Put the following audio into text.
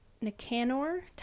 Nicanor